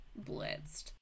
blitzed